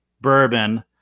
bourbon